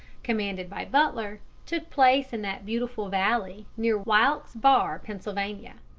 commanded by butler, took place in that beautiful valley near wilkes barre, pennsylvania.